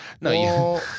No